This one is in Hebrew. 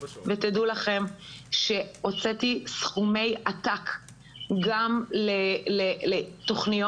תדעו לכם שהוצאתי סכומי עתק גם לתוכניות